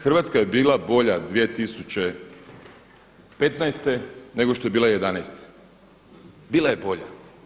Hrvatska je bila bolja 2015. nego što je bila 2011. bila je bolja.